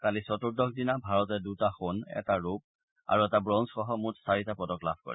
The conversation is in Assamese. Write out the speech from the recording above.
কালি চতুৰ্দশ দিনা ভাৰতে দুটা সোণ এটা ৰূপ আৰু এটা ৱঞ্জসহ মুঠ চাৰিটা পদক লাভ কৰে